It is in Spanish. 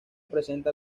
presenta